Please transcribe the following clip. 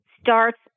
starts